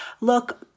look